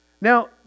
Now